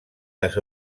les